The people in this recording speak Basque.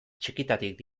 txikitatik